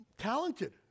Talented